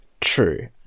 True